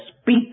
Speak